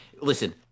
listen